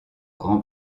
grand